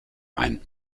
ein